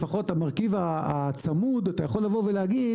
לפחות המרכיב הצמוד אתה יכול לבוא ולהגיד,